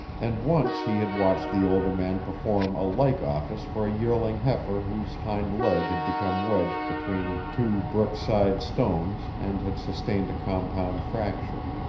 and once he had watched the older man perform a like office for a yearling heifer whose hind leg had become wedged between two brookside stones and had sustained a compound fracture.